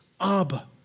Abba